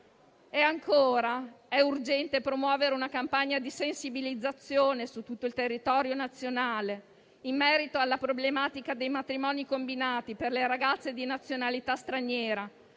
Ancora, è urgente promuovere una campagna di sensibilizzazione su tutto il territorio nazionale in merito alla problematica dei matrimoni combinati per le ragazze di nazionalità straniera,